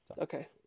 Okay